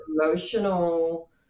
emotional